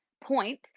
point